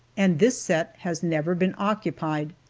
and this set has never been occupied.